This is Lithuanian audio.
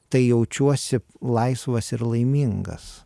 tai jaučiuosi laisvas ir laimingas